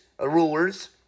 rulers